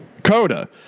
coda